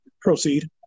Proceed